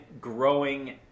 growing